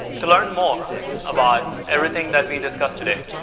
to learn more about everything that we discussed today,